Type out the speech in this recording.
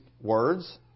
words